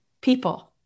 people